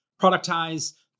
productize